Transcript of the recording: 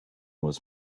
was